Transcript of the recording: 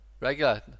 Regular